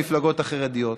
המפלגות החרדיות?